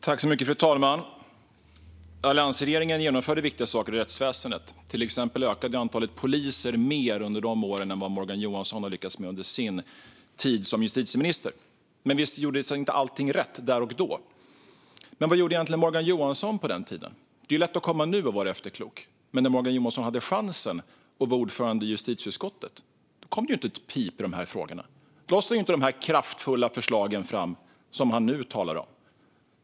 Fru talman! Alliansregeringen genomförde viktiga saker i rättsväsendet. Till exempel ökade antalet poliser mer under de åren än vad Morgan Johansson har lyckats med under sin tid som justitieminister. Men visst, allt gjordes inte rätt där och då. Men vad gjorde egentligen Morgan Johansson på den tiden? Det är lätt att komma nu och vara efterklok. Men när Morgan Johansson var ordförande i justitieutskottet och hade chansen kom inte ett pip i dessa frågor. Då lades inte de kraftfulla förslag fram som han nu talar om.